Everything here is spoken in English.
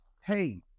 hey